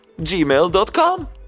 gmail.com